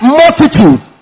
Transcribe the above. multitude